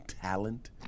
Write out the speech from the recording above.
talent